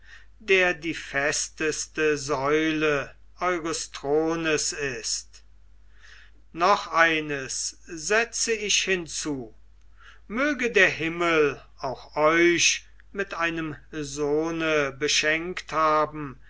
der die festeste säule eures thrones ist noch eines setze ich hinzu möge der himmel auch euch mit einem sohne beschenkt haben